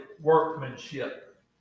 workmanship